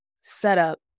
setup